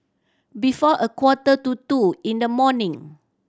before a quarter to two in the morning